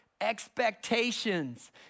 expectations